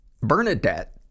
Bernadette